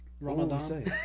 Ramadan